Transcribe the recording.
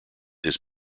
his